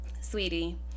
sweetie